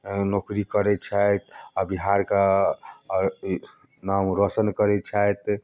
नौकरी करै छथि आ बिहार के आओर नाम रौशन करै छथि